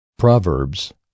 Proverbs